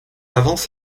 avance